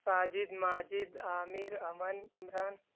Sajid Majid Aamir Aman Imran